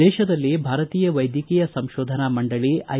ದೇತದಲ್ಲಿ ಭಾರತೀಯ ವೈದ್ಯಕೀಯ ಸಂಶೋಧನಾ ಮಂಡಳಿ ಐ